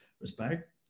respect